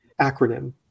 acronym